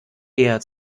der